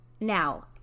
Now